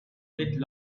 bit